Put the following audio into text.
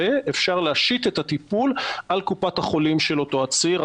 אפשר להשית את הטיפול על קופת החולים של אותו עציר.